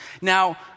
Now